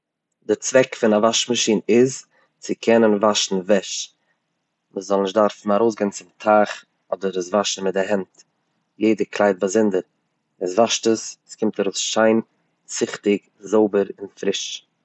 די צוועק פון א וואש מאשין איז, צו קענען וואשן וועש מ'זאל נישט דארפן ארויסגיין צו די טייך, אדער עס וואשן מיט די הענט יעדע קלייד באזונדער, מען וואשט עס, עס קומט ארויס שיין ציכטיג זויבער און פריש.